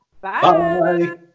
Bye